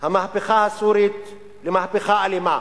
המהפכה הסורית למהפכה אלימה.